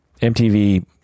MTV